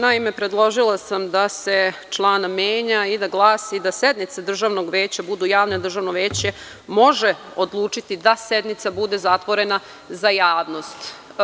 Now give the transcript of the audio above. Naime, predložila sam da se član menja i da glasi: „da sednice Državnog veća budu javne, Državno veće može odlučiti da sednica bude zatvorena za javnost“